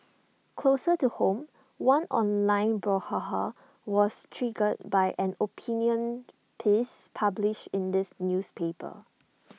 closer to home one online brouhaha was triggered by an opinion piece published in this newspaper